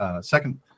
Second